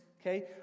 okay